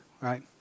right